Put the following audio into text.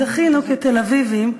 זכינו, כתל-אביבים,